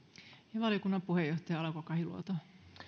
ja valiokunnan puheenjohtaja alanko kahiluoto